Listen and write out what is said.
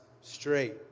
straight